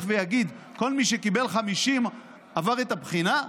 ואגיד שכל מי שקיבל 50 עבר את הבחינה?